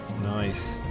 Nice